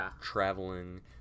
traveling